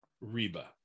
reba